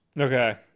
Okay